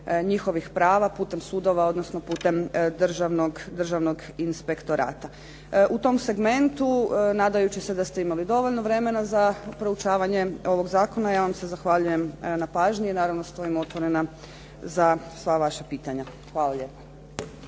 njihovih prava putem sudova, odnosno putem Državnog inspektorata. U tom segmentu, nadajući se da ste imali dovoljno vremena za proučavanje ovog zakona, ja vam se zahvaljujem na pažnji i naravno stojim otvorena za sva vaša pitanja. Hvala lijepo.